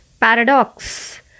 paradox